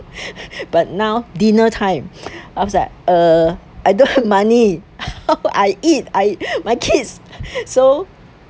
but now dinner time I was like uh I don't have money how I eat my kids so